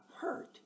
hurt